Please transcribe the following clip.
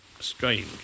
Strange